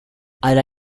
alla